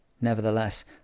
Nevertheless